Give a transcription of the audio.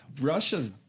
Russia's